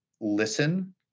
listen